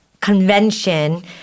convention